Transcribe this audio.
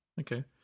Okay